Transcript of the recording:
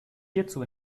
hierzu